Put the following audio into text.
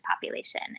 population